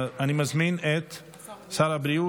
מועדים (הוראת שעה, חרבות ברזל)